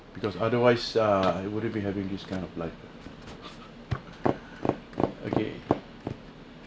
because otherwise uh I wouldn't be having his kind of life okay